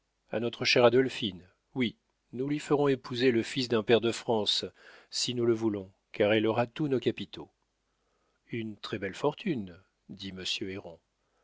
à notre chère adolphine oui nous lui ferons épouser le fils d'un pair de france si nous le voulons car elle aura tous nos capitaux une très-belle fortune dit